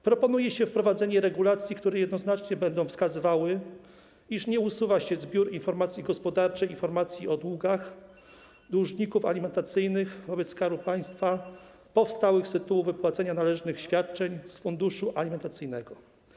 Proponuje się wprowadzenie regulacji, które jednoznacznie będą wskazywały, iż nie usuwa się z biur informacji gospodarczej informacji o długach dłużników alimentacyjnych wobec Skarbu Państwa powstałych z tytułu wypłacenia należnych świadczeń z funduszu alimentacyjnego.